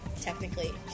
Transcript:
technically